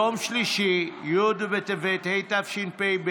יום שלישי י' בטבת התשפ"ב,